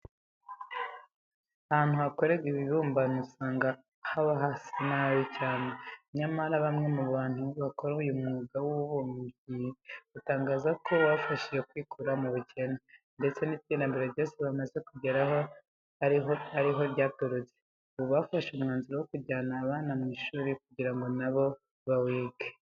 Ahantu bakorera ibibumbano usanga haba hasa nabi cyane. Nyamara bamwe mu bantu bakora uyu mwuga w'ububumbyi batangaza ko wabafashije mu kwikura mu bukene, ndetse n'iterambere ryose bamaze kugeraho ari ho ryaturutse. Ubu bafashe umwanzuro wo kujyana abana mu ishuri kugira ngo na bo bawige.